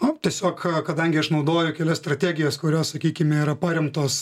o tiesiog kadangi aš naudoju kelias strategijas kurios sakykime yra paremtos